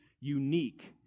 unique